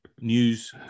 news